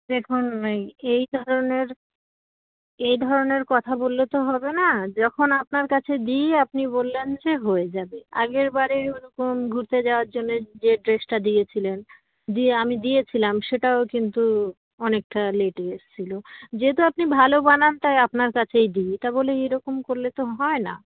দেখুন এই এই ধরণের এই ধরণের কথা বললে তো হবে না যখন আপনার কাছে দিই আপনি বললেন যে হয়ে যাবে আগের বারে ওরকম ঘুরতে যাওয়ার জন্যে যে ড্রেসটা দিয়েছিলেন দিয়ে আমি দিয়েছিলাম সেটাও কিন্তু অনেকটা লেটে এসছিলো যেহেতু আপনি ভালো বানান তাই আপনার কাছেই দিই তা বলে এই রকম করলে তো হয় না